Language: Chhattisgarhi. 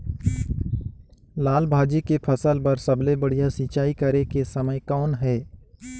लाल भाजी के फसल बर सबले बढ़िया सिंचाई करे के समय कौन हे?